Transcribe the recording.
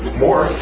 more